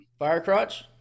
Firecrotch